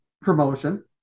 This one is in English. promotion